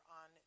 on